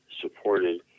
supported